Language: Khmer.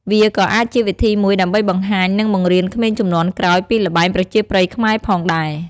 វាក៏អាចជាវិធីមួយដើម្បីបង្ហាញ និងបង្រៀនក្មេងជំនាន់ក្រោយពីល្បែងប្រជាប្រិយខ្មែរផងដែរ។